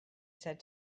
said